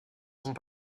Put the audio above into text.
sont